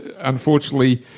unfortunately